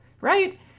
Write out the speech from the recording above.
right